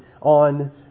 on